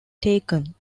taken